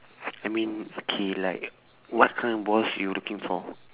I mean K like what kind of boss you looking for